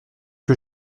que